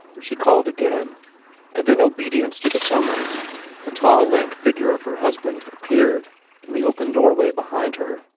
she called again and in obedience to the summons the tall lank figure of her husband appeared in the open doorway behind her.